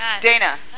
Dana